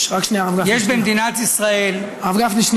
רק שנייה, הרב גפני.